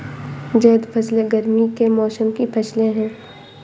ज़ैद फ़सलें गर्मी के मौसम की फ़सलें हैं